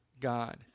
God